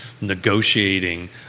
negotiating